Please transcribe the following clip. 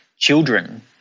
children